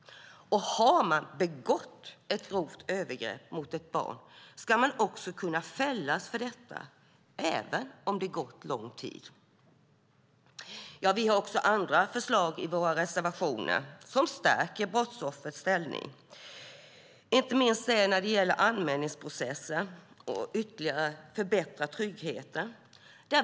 Har man begått ett grovt övergrepp mot ett barn ska man också kunna fällas för detta även om det har gått lång tid. Vi har också andra förslag i våra reservationer som stärker brottsoffrets ställning. Det gäller inte minst anmälningsprocessen för att ytterligare förbättra tryggheten.